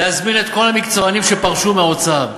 להזמין את כל המקצוענים שפרשו מהאוצר,